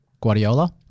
Guardiola